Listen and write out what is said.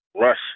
rush